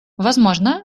возможно